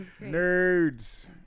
Nerds